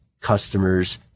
customers